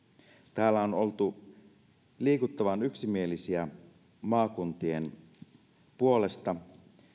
täällä on oltu liikuttavan yksimielisiä maakuntien puolesta